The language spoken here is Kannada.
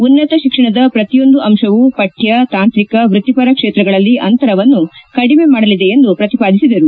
ಉನ್ನತ ಶಿಕ್ಷಣದ ಪ್ರತಿಯೊಂದು ಅಂಶವೂ ಪಕ್ಷಣ ತಾಂತ್ರಿಕ ವೃತ್ತಿಪರ ಕ್ಷೇತ್ರಗಳಲ್ಲಿ ಅಂತರವನ್ನು ಕಡಿಮೆ ಮಾಡಲಿದೆ ಎಂದು ಪ್ರತಿಪಾದಿಸಿದರು